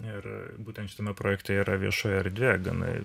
ir būtent šitame projekte yra viešoji erdvė gana